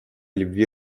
любви